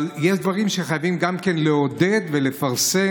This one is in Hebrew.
אבל יש דברים שחייבים גם כן לעודד ולפרסם: